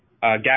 gas